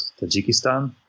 Tajikistan